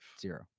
zero